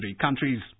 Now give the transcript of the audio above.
countries